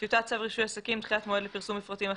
טיוטת רישוי עסקים (דחיית מועד לפרסום מפרטים אחידים),